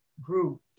group